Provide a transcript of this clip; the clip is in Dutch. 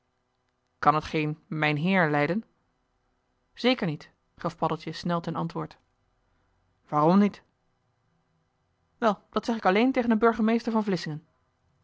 kan het geen mijnheer lijden zeker niet gaf paddeltje snel ten antwoord waarom niet wel dat zeg ik alleen tegen een burgemeester van vlissingen